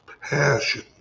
passion